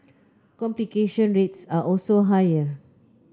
complication rates are also higher